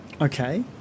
Okay